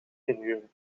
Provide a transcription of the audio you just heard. inhuren